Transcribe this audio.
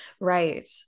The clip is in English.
Right